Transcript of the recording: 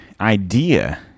idea